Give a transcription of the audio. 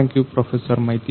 thank you professor Maiti